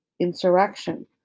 Insurrection